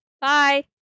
Bye